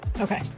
Okay